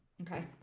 okay